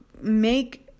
make